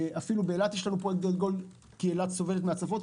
ואפילו באילת יש לנו פרויקט גדול כי אילת סובלת מהצפות.